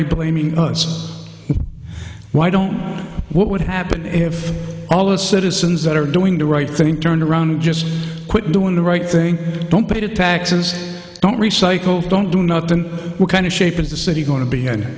they blaming us why don't what would happen if all us citizens that are doing the right thing turned around just quit doing the right thing don't pay the taxes don't recycle don't do nothing kind of shape is the city going to be an